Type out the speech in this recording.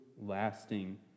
lasting